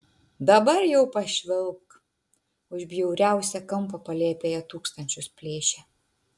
dabar jau pašvilpk už bjauriausią kampą palėpėje tūkstančius plėšia